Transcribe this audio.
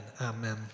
Amen